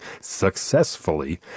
successfully